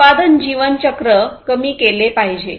उत्पादन जीवन चक्र कमी केले पाहिजे